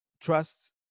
trust